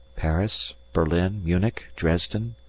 paris, berlin, munich, dresden,